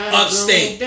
upstate